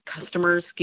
customers